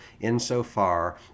insofar